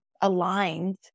aligned